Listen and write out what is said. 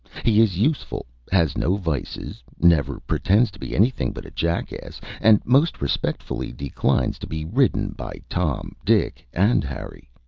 he is useful. has no vices, never pretends to be anything but a jackass, and most respectfully declines to be ridden by tom, dick, and harry.